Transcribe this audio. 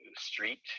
street